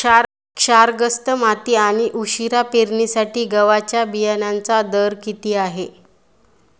क्षारग्रस्त माती आणि उशिरा पेरणीसाठी गव्हाच्या बियाण्यांचा दर किती?